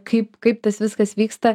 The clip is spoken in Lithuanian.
kaip kaip tas viskas vyksta